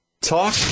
Talk